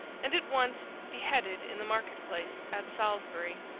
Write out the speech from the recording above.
and at once beheaded in the market place at salisbury.